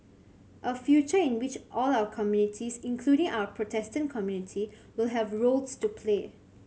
a future in which all our communities including our Protestant community will have roles to play